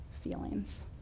feelings